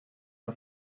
los